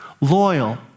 loyal